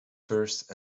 first